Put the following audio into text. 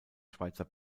schweizer